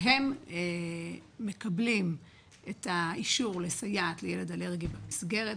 והן מקבלות את האישור לסייעת לילד אלרגי במסגרת,